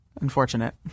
Unfortunate